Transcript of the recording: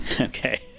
Okay